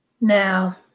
Now